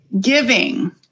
giving